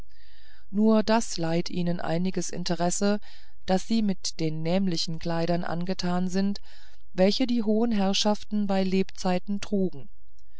nur das leiht ihnen einiges interesse daß sie mit den nämlichen kleidern angetan sind welche die hohen herrschaften bei lebzeiten trugen